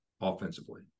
offensively